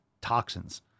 toxins